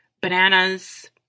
bananas